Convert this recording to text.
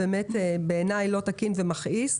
בעיניי לא תקין ומכעיס.